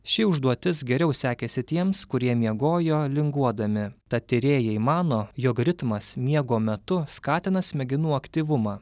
ši užduotis geriau sekėsi tiems kurie miegojo linguodami tad tyrėjai mano jog ritmas miego metu skatina smegenų aktyvumą